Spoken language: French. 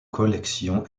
collection